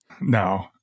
No